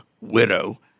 widow